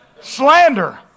Slander